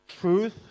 truth